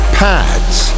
pads